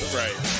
right